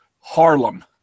Harlem